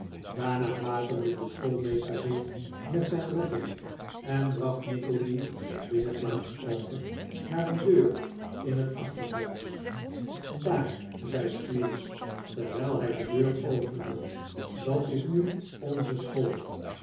daarna wapende de schoolnieester zich met zijn rotting en bracht nickleby de binnenplaats over naar een deur in het achterhuis daar zei squeers terwijl hij de deur opende dat is nu onze school